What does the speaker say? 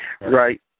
Right